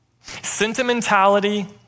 Sentimentality